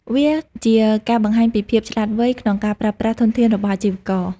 វាជាការបង្ហាញពីភាពឆ្លាតវៃក្នុងការប្រើប្រាស់ធនធានរបស់អាជីវករ។